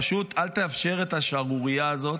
פשוט אל תאפשר את השערורייה הזאת,